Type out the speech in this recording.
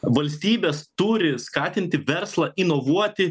valstybės turi skatinti verslą inovuoti